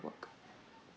work